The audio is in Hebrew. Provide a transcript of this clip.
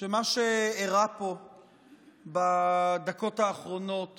שמה שאירע פה בדקות האחרונות